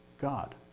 God